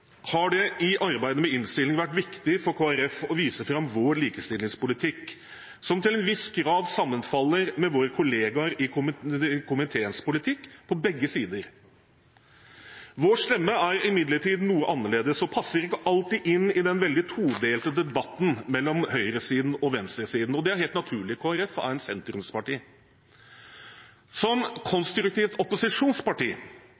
har det i arbeidet med innstillingen vært viktig for Kristelig Folkeparti å vise fram vår likestillingspolitikk, som til en viss grad sammenfaller med politikken til våre kollegaer i komiteen, på begge sider. Vår stemme er imidlertid noe annerledes og passer ikke alltid inn i den veldig todelte debatten mellom høyresiden og venstresiden, og det er helt naturlig – Kristelig Folkeparti er et sentrumsparti. Som